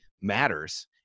matters